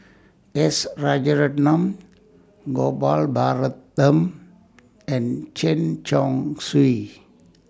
S Rajaratnam Gopal Baratham and Chen Chong Swee